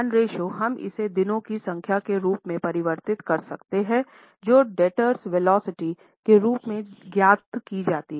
ratio हम इसे दिनों की संख्या के रूप में परिवर्तित कर सकते हैं जो डेब्टर्स वेलोसिटी के रूप में ज्ञात की जाती हैं